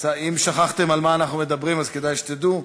אם שכחתם על מה אנחנו מדברים אז כדאי שתדעו: